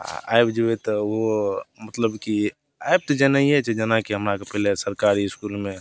आओर आबि जएबै तऽ ओ मतलब कि आबि तऽ जेनाइए छै जेनाकि हमरा आओरके पहिले सरकारी इसकुलमे